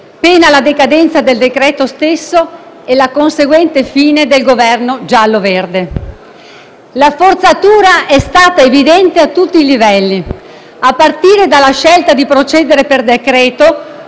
pena la decadenza del decreto stesso e la conseguente fine del Governo giallo-verde. La forzatura è stata evidente a tutti i livelli, a partire dalla scelta di procedere per decreto